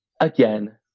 again